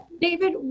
David